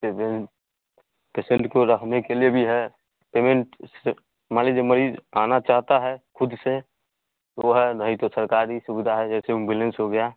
एक दम पेसेन्ट को रहने के लिए भी है पेमेंट उससे मान लीजिए मरीज़ आना चाहता है ख़ुद से वह है नहीं तो सरकारी सुविधा है जैसे अंबुलेन्स हो गया